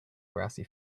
grassy